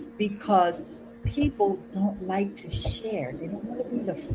because people don't like to share, and you know